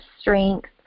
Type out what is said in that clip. strength